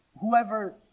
Whoever